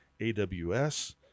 AWS